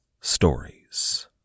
stories